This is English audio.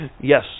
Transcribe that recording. Yes